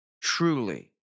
truly